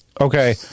Okay